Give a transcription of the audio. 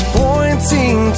pointing